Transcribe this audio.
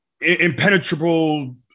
impenetrable